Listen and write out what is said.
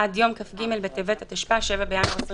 עד יום כ"ג בטבת התשפ"א (7 בינואר 2021),